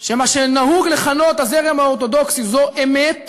שמה שנהוג לכנות הזרם האורתודוקסי זו אמת,